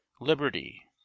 Liberty